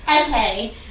Okay